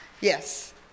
Yes